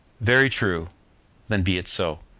very true then be it so.